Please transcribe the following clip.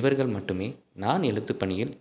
இவர்கள் மட்டுமே நான் எழுத்துப்பணியில்